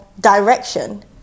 direction